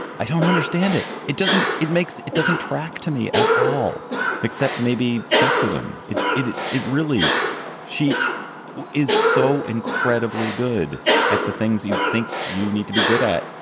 i don't understand it. it doesn't it makes it doesn't track to me at all except maybe sexism. it it it really she is so in. credibly good at the things you think you need to be good at.